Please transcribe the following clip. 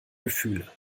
gefühle